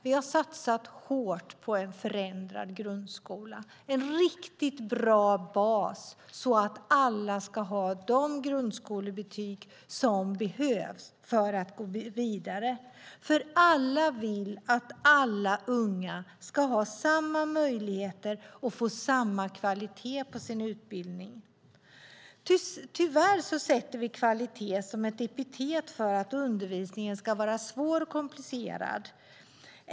Vi har satsat hårt på en förändrad grundskola, en riktigt bra bas så att alla ska få de grundskolebetyg som behövs för att gå vidare. Alla vill vi att alla unga ska ha samma möjligheter och få samma kvalitet på sin utbildning. Tyvärr sätter vi kvalitet som ett epitet för att undervisningen ska vara svår och komplicerad.